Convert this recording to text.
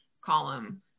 column